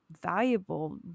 valuable